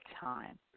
time